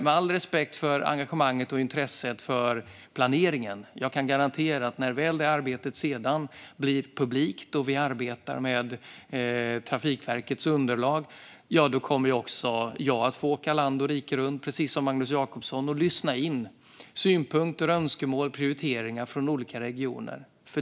Med all respekt för engagemanget och intresset för planeringen kan jag garantera att när väl arbetet med Trafikverkets underlag blir publikt kommer också jag att få åka land och rike runt, precis som Magnus Jacobsson, och lyssna in synpunkter, önskemål och prioriteringar från olika regioner.